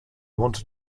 wanted